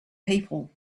people